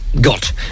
Got